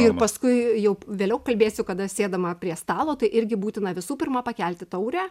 ir paskui jau vėliau kalbėsiu kada sėdama prie stalo tai irgi būtina visų pirma pakelti taurę